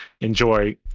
enjoy